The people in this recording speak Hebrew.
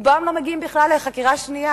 רובם לא מגיעים בכלל לחקירה שנייה,